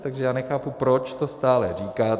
Takže já nechápu, proč to stále říkáte.